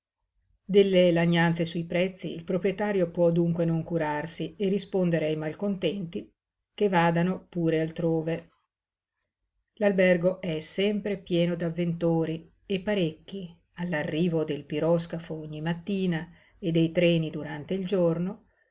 delle lagnanze sui prezzi il proprietario può dunque non curarsi e rispondere ai malcontenti che vadano pure altrove l'albergo è sempre pieno d'avventori e parecchi all'arrivo del piroscafo ogni mattina e dei treni durante il giorno